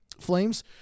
Flames